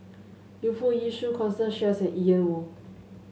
Yu Foo Yee Shoon Constance Sheares and Ian Woo